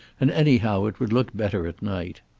and anyhow it would look better at night.